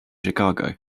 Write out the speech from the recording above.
chicago